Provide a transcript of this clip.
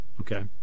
Okay